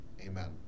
Amen